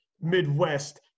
Midwest